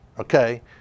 okay